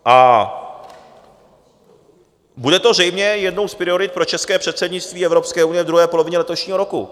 A bude to zřejmě jednou z priorit pro české předsednictví Evropské unie v druhé polovině letošního roku.